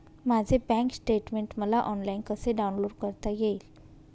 माझे bank statement मला online कसे डाउनलोड करता येईल?